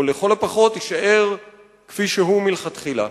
או לכל הפחות יישאר כפי שהוא מלכתחילה.